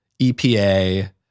EPA